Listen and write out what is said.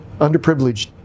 underprivileged